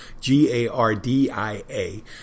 G-A-R-D-I-A